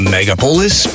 Megapolis